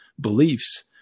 beliefs